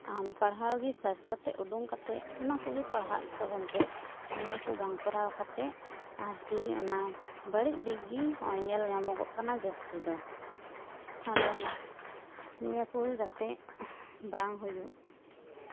ᱟᱢ ᱯᱟᱲᱦᱟᱣ ᱜᱮ ᱥᱟᱨᱪ ᱠᱟᱛᱮᱫ ᱩᱰᱩᱝ ᱠᱟᱛᱮᱫ ᱚᱱᱟ ᱠᱚᱜᱮ ᱯᱟᱲᱦᱟᱜ ᱛᱟᱵᱚᱱ ᱯᱮ ᱱᱤᱭᱟᱹ ᱠᱚ ᱵᱟᱝ ᱠᱚᱨᱟᱣ ᱠᱟᱟᱛᱮᱫ ᱟᱨᱠᱤ ᱚᱱᱟ ᱵᱟᱹᱲᱤᱡ ᱫᱤᱠ ᱜᱮ ᱱᱚᱜᱼᱚᱭ ᱧᱮᱞ ᱧᱟᱢᱚᱜ ᱠᱟᱱᱟ ᱡᱟᱹᱥᱛᱤ ᱫᱚ ᱟᱫᱚ ᱱᱤᱭᱟᱹ ᱠᱚ ᱡᱟᱛᱮ ᱵᱟᱝ ᱦᱩᱭᱩᱜ